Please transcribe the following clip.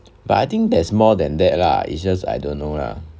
but I think there's more than that lah it's just I don't know lah